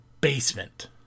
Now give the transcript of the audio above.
basement